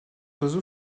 oiseau